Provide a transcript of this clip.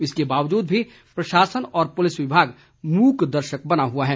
इसके बावजूद भी प्रशासन व पुलिस विभाग मूक दर्शक बना हुआ है